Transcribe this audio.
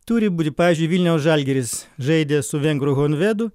turi būti pavyzdžiui vilniaus žalgiris žaidė su vengrų honvedu